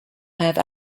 have